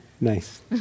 Nice